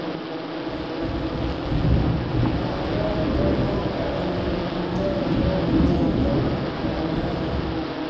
ᱟᱞᱮ ᱴᱚᱞᱟ ᱨᱮ ᱧᱩᱛᱩᱢᱟᱱᱟᱜ ᱡᱟᱭᱜᱟ ᱢᱮᱱᱟᱜᱼᱟ